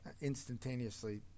instantaneously